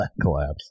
collapse